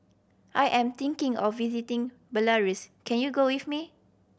I am thinking of visiting Belarus can you go with me